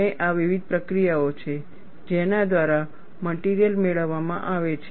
અને આ વિવિધ પ્રક્રિયાઓ છે જેના દ્વારા મટિરિયલ મેળવવામાં આવે છે